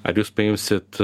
ar jūs paimsit